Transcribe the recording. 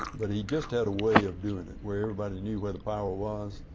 but he just had a way of doing it where everybody knew where the power was,